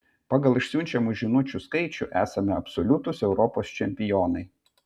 pagal išsiunčiamų žinučių skaičių esame absoliutūs europos čempionai